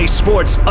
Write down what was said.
sports